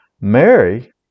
Mary